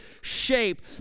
shape